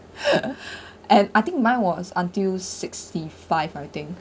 and I think mine was until sixty five I think